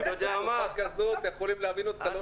בתקופה כזאת יכולים להבין אותך לא נכון.